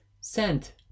sent